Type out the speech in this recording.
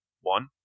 One